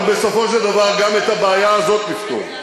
אבל בסופו של דבר גם את הבעיה הזאת נפתור.